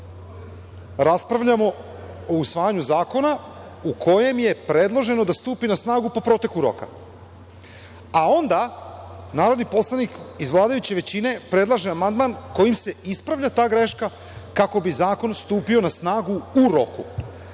raspravljamo o usvajanju zakona u kojem je predloženo da stupi na snagu po proteku roka, a onda narodni poslanik iz vladajuće većine predlaže amandman kojim se ispravlja ta greška kako bi zakon stupio na snagu u roku.